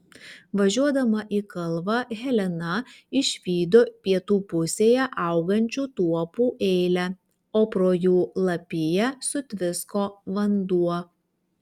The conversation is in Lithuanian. važiuodama į kalvą helena išvydo pietų pusėje augančių tuopų eilę o pro jų lapiją sutvisko vanduo